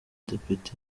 depite